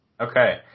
Okay